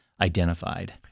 identified